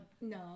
no